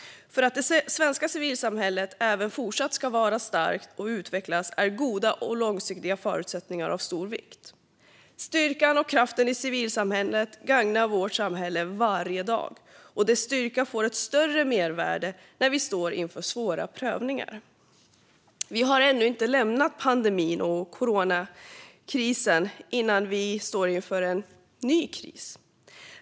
För att det svenska civilsamhället även fortsatt ska vara starkt och utvecklas är goda och långsiktiga förutsättningar av stor vikt. Styrkan och kraften i civilsamhället gagnar vårt samhälle varje dag, och dess styrka får ett större mervärde när vi står inför svåra prövningar. Vi har ännu inte lämnat pandemin och coronakrisen när vi står inför en ny kris.